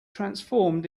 transformed